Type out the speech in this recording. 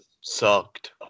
sucked